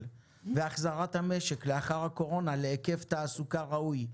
והחזרת המשק לאחר הקורונה להיקף תעסוקה ראוי,